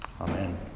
Amen